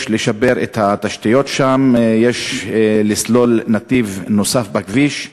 יש לשפר את התשתיות שם, יש לסלול נתיב נוסף בכביש,